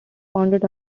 founded